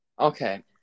Okay